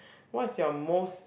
what's your most